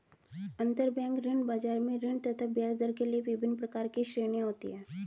अंतरबैंक ऋण बाजार में ऋण तथा ब्याजदर के लिए विभिन्न प्रकार की श्रेणियां होती है